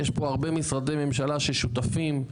יש פה הרבה משרדי ממשלה ששותפים,